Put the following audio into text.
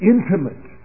Intimate